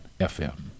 FM